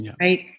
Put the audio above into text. right